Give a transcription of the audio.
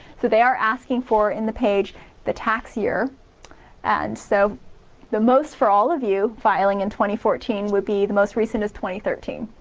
so they are asking for in the page the tax year and so the most for all of you filing in twenty fourteen will be the most recent twenty thirteen.